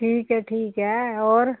ਠੀਕ ਹੈ ਠੀਕ ਹੈ ਹੋਰ